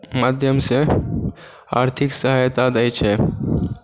माध्यम से आर्थिक सहायता दै छै